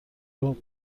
بود